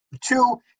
two